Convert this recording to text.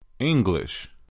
English